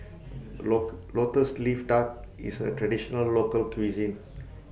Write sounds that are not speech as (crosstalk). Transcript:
(noise) Local Lotus Leaf Duck IS A Traditional Local Cuisine